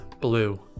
blue